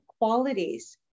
qualities